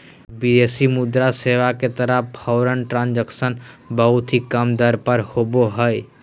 विदेशी मुद्रा सेवा के तहत फॉरेन ट्रांजक्शन बहुत ही कम दर पर होवो हय